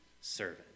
servant